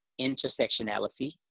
intersectionality